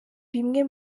bimwe